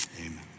amen